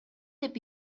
деп